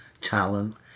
talent